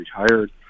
retired